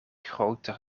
groter